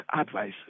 advice